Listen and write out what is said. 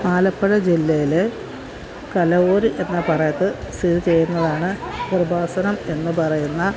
ആലപ്പുഴ ജില്ലയിലെ കലവൂർ എന്ന സ്ഥലത്ത് സ്ഥിതി ചെയ്യുന്നതാണ് കൃപാസനം എന്നുപറയുന്ന